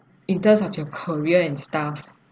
in terms of your career and stuff